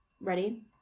ready